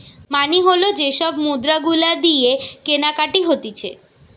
মানি হল যে সব মুদ্রা গুলা দিয়ে কেনাকাটি হতিছে